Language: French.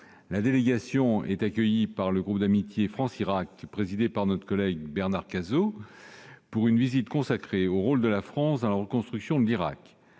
La délégation est accueillie par le groupe d'amitié France-Irak, présidée par notre collègue Bernard Cazeau, pour une visite consacrée au rôle de la France dans la reconstruction de l'Irak.